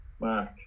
mark